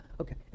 okay